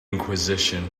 inquisition